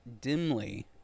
dimly